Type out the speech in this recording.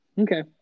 Okay